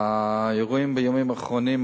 האירועים בימים האחרונים,